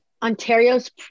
Ontario's